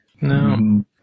No